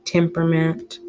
temperament